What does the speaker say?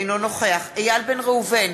אינו נוכח איל בן ראובן,